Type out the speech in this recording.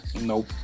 Nope